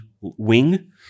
wing